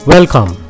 Welcome